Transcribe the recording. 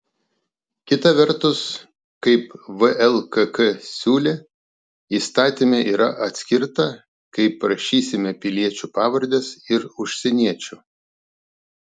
kita vertus kaip vlkk siūlė įstatyme yra atskirta kaip rašysime piliečių pavardes ir užsieniečių